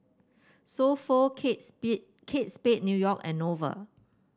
So Pho Kate Speed Kate Spade New York and Nova